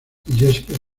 jessica